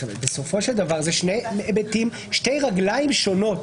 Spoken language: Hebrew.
בסופו של דבר אלה שתי רגליים שונות.